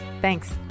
Thanks